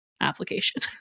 application